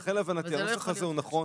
לכן להבנתי הנוסח הזה הוא נכון,